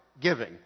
giving